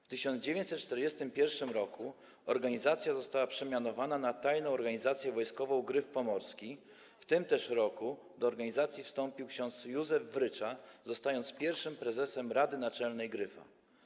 W 1941 r. organizacja została przemianowana na Tajną Organizację Wojskową „Gryf Pomorski”, w tym też roku do organizacji wstąpił ks. Józef Wrycza, zostając pierwszym prezesem rady naczelnej „Gryfa”